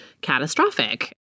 catastrophic